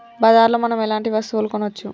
బజార్ లో మనం ఎలాంటి వస్తువులు కొనచ్చు?